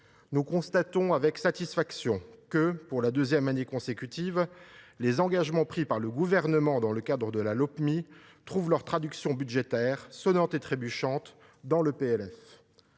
nous constatons avec satisfaction que, pour la deuxième année consécutive, les engagements pris par la Gouvernement dans le cadre de la Lopmi trouvent leur traduction budgétaire, en espèces sonnantes et trébuchantes, dans le PLF.